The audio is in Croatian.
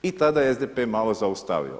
I tada je SDP malo zaustavio.